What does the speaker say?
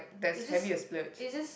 it's just it's just